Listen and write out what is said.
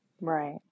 right